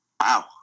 Wow